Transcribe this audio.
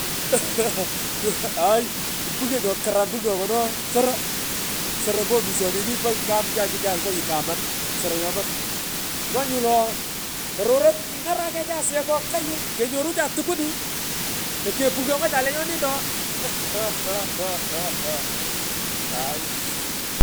Kror uaah uaah hay kupuywo nyokaram pungwongon ooh soro soro ompo omishanini po nyam kyakichan ngonyini kyaman soro nyaman mwanyu lo ooh tororot ingarakecha asuyech kokagh onyorucha tukwun lokepughongocha lenyoni doo hahahaha ha.